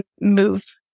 move